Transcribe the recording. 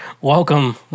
welcome